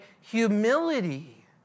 humility